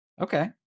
Okay